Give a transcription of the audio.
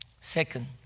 Second